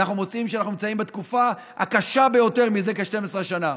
אנחנו מוצאים שאנחנו נמצאים בתקופה הקשה ביותר זה כ-12 שנה.